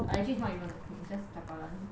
I actually it's not even a clique just chapalang